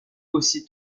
aussi